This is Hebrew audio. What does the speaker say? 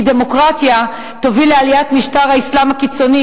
כי דמוקרטיה תוביל לעליית משטר האסלאם הקיצוני,